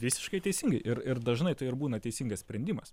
visiškai teisingai ir ir dažnai tai ir būna teisingas sprendimas